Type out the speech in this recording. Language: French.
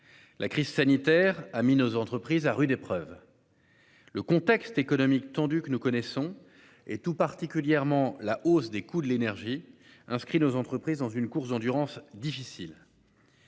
La crise sanitaire a mis nos entreprises à rude épreuve. Le contexte économique tendu, que nous connaissons et tout particulièrement la hausse des coûts de l'énergie inscrit nos entreprises dans une course d'endurance difficile.